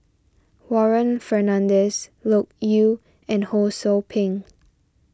Warren Fernandez Loke Yew and Ho Sou Ping